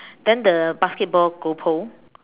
then the basketball goal pole